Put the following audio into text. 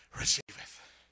receiveth